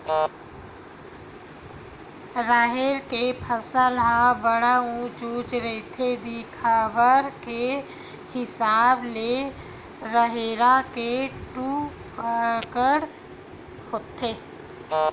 राहेर के फसल ह बड़ उँच उँच रहिथे, दिखब के हिसाब ले राहेर के दू परकार होथे